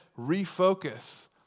refocus